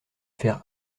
faire